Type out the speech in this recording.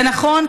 זה נכון,